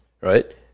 right